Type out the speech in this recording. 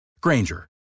Granger